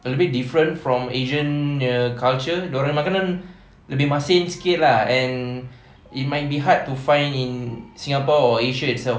a bit different from asian nya culture dorangnya makanan lebih masin sikit lah and it might be hard to find in singapore or asia itself